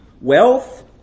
wealth